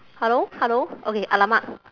hello hello okay !alamak!